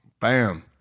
Bam